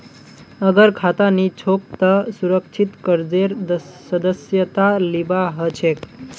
अगर खाता नी छोक त सुरक्षित कर्जेर सदस्यता लिबा हछेक